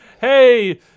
hey